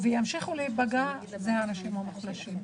וימשיכו להיפגע, זה האנשים המוחלשים,